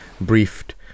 briefed